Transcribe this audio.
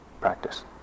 practice